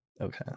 Okay